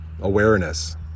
awareness